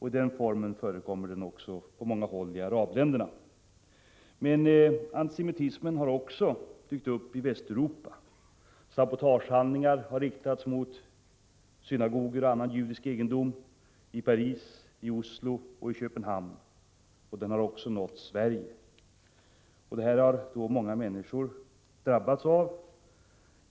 I den formen förekommer den också på många håll i arabländerna. Men antisemitismen har också dykt upp i Västeuropa. Sabotagehandlingar har riktats mot synagogor och annan judisk egendom i Paris, Oslo och Köpenhamn. Antisemitismen har också nått Sverige. Många människor har drabbats av detta.